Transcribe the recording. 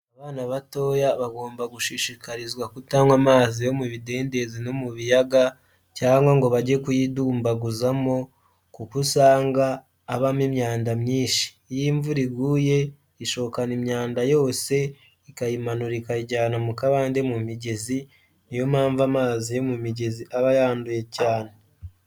Abana batoya bagomba gushishikarizwa kutanywa amazi yo mu bidendezi no mu biyaga, cyangwa ngo bajye kuyidumbaguzamo kuko usanga abamo imyanda myinshi, iyo imvura iguye ishokana imyanda yose ikayimanura ikayijyana mu kabande mu migezi, ni yo mpamvu amazi yo mu migezi aba yanduye cyane.